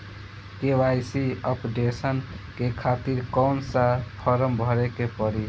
KYC updation के खातिर कौन सा फारम भरे के पड़ी?